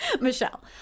Michelle